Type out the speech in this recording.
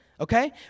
okay